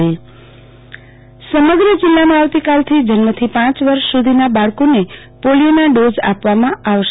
આરતી Bhatt polio ટીપા સમગ્ર જીલ્લામાં આવતી કાલથી જન્મ થી પાંચ વર્ષ સુધીના બાળકો ને પોલીયોના ડોઝ આપવામાં આવશે